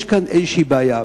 יש כאן איזו בעיה.